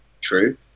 True